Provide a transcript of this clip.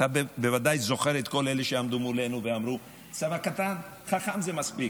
אתה בוודאי זוכר את כל אלה שעמדו מולנו ואמרו: צבא קטן וחכם זה מספיק,